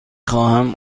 خواهم